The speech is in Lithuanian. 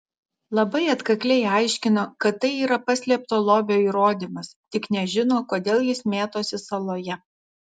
labai atkakliai aiškino kad tai yra paslėpto lobio įrodymas tik nežino kodėl jis mėtosi saloje